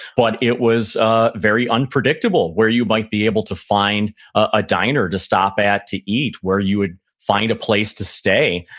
but it was ah very unpredictable where you might be able to find a diner to stop at to eat, where you would find a place to stay.